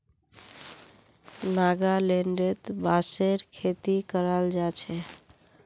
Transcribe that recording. नागालैंडत बांसेर खेती कराल जा छे